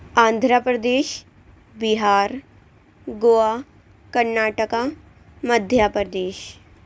Andhra Pradesh Bihar Goa Karnataka Madhya Pradesh